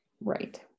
Right